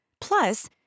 Plus